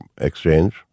exchange